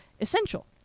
essential